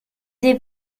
des